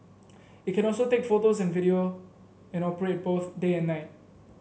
it can also take photos and video and operate both day and night